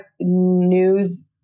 news